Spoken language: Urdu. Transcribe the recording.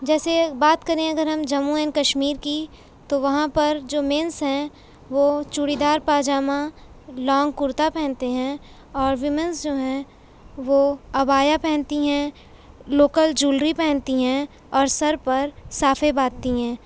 جیسے بات کریں اگر ہم جموں این کشمیر کی تو وہاں پر جو مینس ہیں وہ چوڑی دار پاجامہ لانگ کرتا پہنتے ہیں اور ویمنس جو ہیں وہ عبایا پہنتی ہیں لوکل جولری پہنتی ہیں اور سر پر صافے باندھتی ہیں